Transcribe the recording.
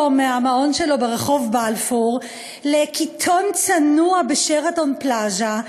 מהמעון שלו ברחוב בלפור לקיטון צנוע ב"שרתון פלאזה",